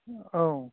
औ